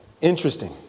Interesting